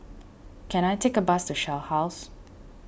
can I take a bus to Shell House